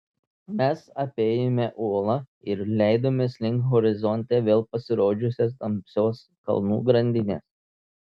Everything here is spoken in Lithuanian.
mes apėjome uolą ir leidomės link horizonte vėl pasirodžiusios tamsios kalnų grandinės